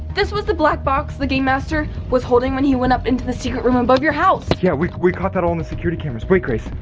this was the black box the game master was holding when he went up into the secret room above your house. yeah we caught that all on the security cameras wait grace,